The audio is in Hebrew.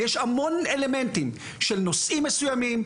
ויש המון אלמנטים של נושאים מסוימים,